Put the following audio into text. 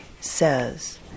Says